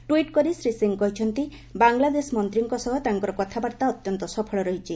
tweet କରି ଶ୍ରୀ ସିଂ କହିଛନ୍ତି ବାଂଲାଦେଶ ମନ୍ତ୍ରୀଙ୍କ ସହ ତାଙ୍କର କଥାବାର୍ତ୍ତା ଅତ୍ୟନ୍ତ ସଫଳ ରହିଛି